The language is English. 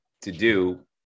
to-do